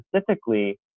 specifically